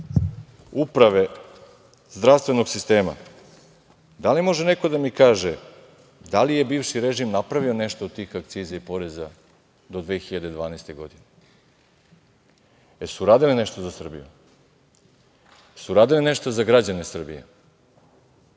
uprave i zdravstvenog sistema, da li može neko da mi kaže, da li je bivši režim napravio nešto od tih akciza i poreza do 2012. godine? Jesu li uradili nešto za Srbiju? Jesu li uradili nešto za građane Srbije?